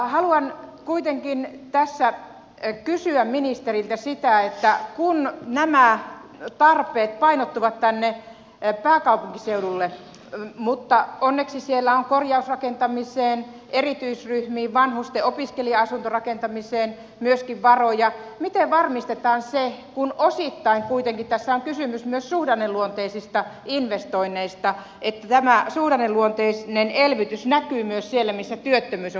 haluan kuitenkin tässä kysyä ministeriltä sitä kun nämä tarpeet painottuvat tänne pääkaupunkiseudulle onneksi siellä on korjausrakentamiseen erityisryhmiin vanhusten opiskelija asuntorakentamiseen myöskin varoja miten varmistetaan se kun osittain kuitenkin tässä on kysymys myös suhdanneluonteisista investoinneista että tämä suhdanneluonteinen elvytys näkyy myös siellä missä työttömyys on kaikkein pahinta